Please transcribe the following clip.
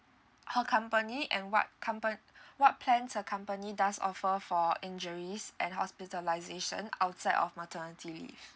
how company and what compa~ what plans are company does offer for injuries and hospitalization outside of maternity leave